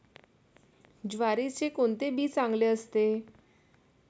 ज्वारीचे कोणते बी चांगले असते?